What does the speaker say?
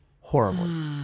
Horribly